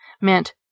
meant